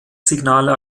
signale